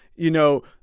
you know,